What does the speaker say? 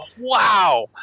wow